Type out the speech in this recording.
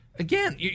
Again